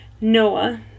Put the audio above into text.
Noah